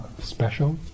special